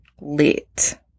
lit